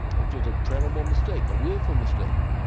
which was a terrible mistake, a willful mistake.